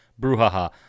Bruhaha